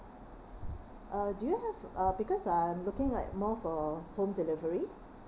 uh do you have uh because I'm looking like more for home delivery